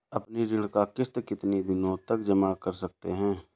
अपनी ऋण का किश्त कितनी दिनों तक जमा कर सकते हैं?